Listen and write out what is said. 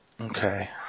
Okay